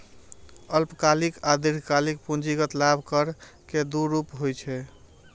अल्पकालिक आ दीर्घकालिक पूंजीगत लाभ कर के दू रूप होइ छै